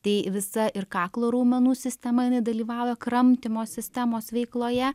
tai visa ir kaklo raumenų sistema jinai dalyvauja kramtymo sistemos veikloje